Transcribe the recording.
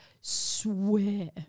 swear